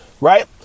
right